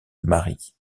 marie